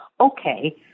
okay